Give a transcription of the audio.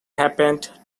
happened